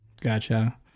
Gotcha